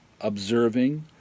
observing